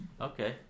Okay